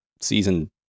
season